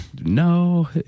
no